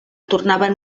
tornaven